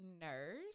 nurse